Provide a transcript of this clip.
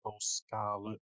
scarlet